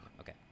Okay